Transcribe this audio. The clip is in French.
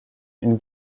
une